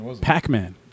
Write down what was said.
Pac-Man